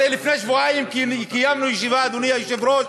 הרי לפני שבועיים קיימנו ישיבה, אדוני היושב-ראש,